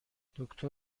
دکتر